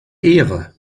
ehre